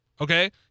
okay